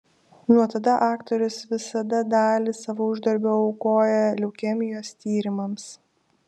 nuo tada aktorius visada dalį savo uždarbio aukoja leukemijos tyrimams